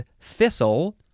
thistle